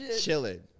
chilling